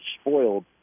spoiled